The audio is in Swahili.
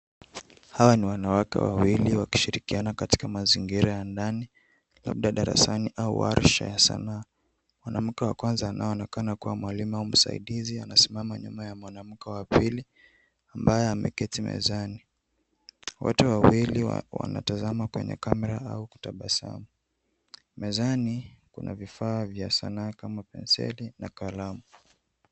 Hawa ni wanawake wawili wakishirikiana katika mazingira ya ndani labda darasani au warsha ya sanaa. Mwanamke wa kwanza anayeonekana kuwa mwalimu au msaidizi anasimama nyuma ya mwanamke wa pili ambaye ameketi mezani wote wawili wanatazama kwenye kamera au kutabasamu. Mezani kuna vifaa vya sanaa kama penseli na kalamu.